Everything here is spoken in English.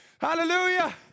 Hallelujah